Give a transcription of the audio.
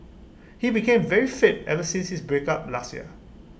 he became very fit ever since his breakup last year